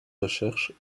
recherches